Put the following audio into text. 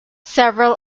several